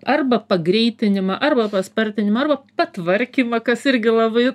arba pagreitinimą arba paspartinimą arba patvarkymą kas irgi labai